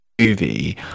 movie